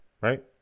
right